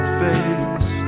face